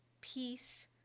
peace